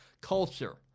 culture